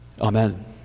Amen